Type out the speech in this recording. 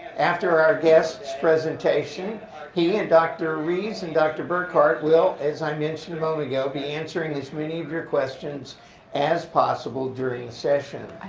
after our guest's presentation he and dr. rees and dr. burkhardt will, as i mentioned a moment ago, be answering as many of your questions as possible during session.